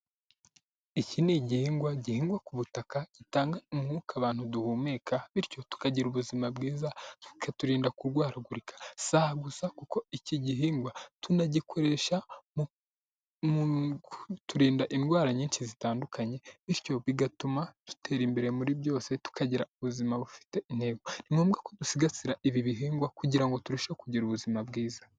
Iki ni igihingwa gihingwa ku butaka gitanga umwuka abantu duhumeka bityo tukagira ubuzima bwiza bikaturinda kurwaragurika, si aha gusa kuko iki gihingwa tunagikoresha mu kuturinda indwara nyinshi zitandukanye bityo bigatuma dutera imbere muri byose tukagira ubuzima bufite intego, ni ngombwa ko dusigasira ibi bihingwa kugira ngo turusheho kugira ubuzima bwiza.